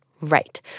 Right